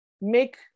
make